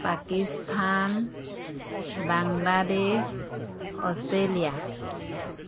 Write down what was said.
Pakistan Bangladesh Australia